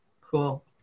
cool